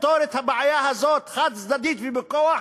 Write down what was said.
לפתור את הבעיה הזאת חד-צדדית ובכוח,